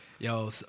Yo